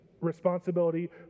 responsibility